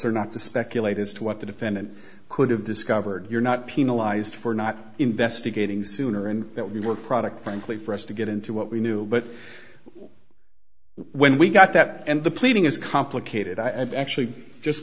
are not to speculate as to what the defendant could have discovered you're not penalized for not investigating sooner and that we work product frankly for us to get into what we knew but when we got that and the pleading is complicated i've actually just